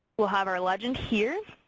we'll have our legend here,